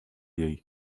jej